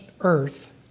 earth